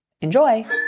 Enjoy